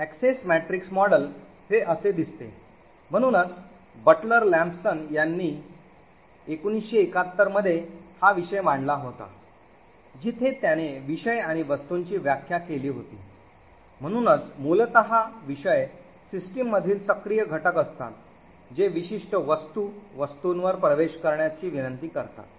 Access Matrix model हे असे दिसते म्हणूनच बटलर लॅम्पसन यांनी 1971 मध्ये हा विषय मांडला होता जिथे त्याने विषय आणि वस्तूंची व्याख्या केली होती म्हणूनच मूलत विषय सिस्टममधील सक्रिय घटक असतात जे विशिष्ट वस्तू वस्तूंवर प्रवेश करण्याची विनंती करतात